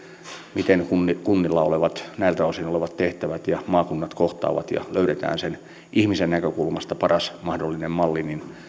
miten kunnilla näiltä osin olevat tehtävät ja maakunnat kohtaavat ja löydetään sen ihmisen näkökulmasta paras mahdollinen malli